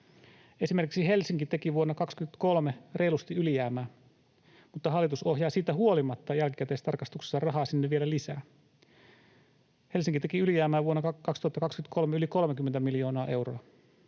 Esimerkiksi Helsinki teki vuonna 23 reilusti ylijäämää, mutta hallitus ohjaa siitä huolimatta jälkikäteistarkastuksessa rahaa sinne vielä lisää. Helsinki teki ylijäämää vuonna 2023 yli 30 miljoonaa euroa.